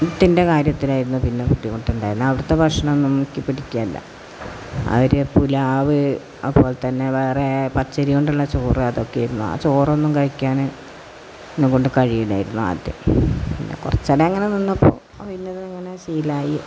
ത്തിൻ്റെ കാര്യത്തിലായിരുന്നു പിന്നെ ബുദ്ധിമുട്ടുണ്ടായിരുന്നത് അവിടുത്തെ ഭക്ഷണം നമുക്ക് പിടിക്കുകയില്ല അവർ പുലാവ് അതുപോലെ തന്നെ വേറെ പച്ചരി കൊണ്ടുള്ള ചോറ് അതൊക്കെയായിരുന്നു ആ ചോറൊന്നും കഴിക്കാൻ എന്നെ കൊണ്ട് കഴിയില്ലായിരുന്നു ആദ്യം പിന്നെ കുറച്ച് എല്ലാം അങ്ങനെ നിന്നപ്പോൾ പിന്നെ അങ്ങനെ ശീലമായി